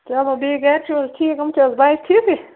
چَلو بیٚیہِ گَرِ چھِو حظ ٹھیٖک یِم چھِ حظ بچہٕ ٹھیٖکٕے